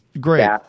Great